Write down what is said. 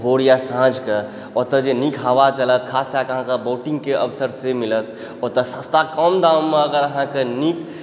भोर या साँझ कऽ जे नीक हवा चलत खासकऽ अहाँके बोटिङ्गके अवसर से मिलत ओतऽ सस्ता अगर कम दाममे अहाँके नीक